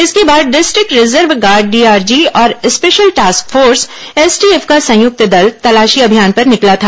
इसके बाद district reserve guard DRG और स्पेशल टास्क फोर्स एसटीएफ का संयुक्त दल तलाशी अभियान पर निकला था